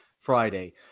Friday